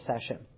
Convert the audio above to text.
session